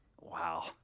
Wow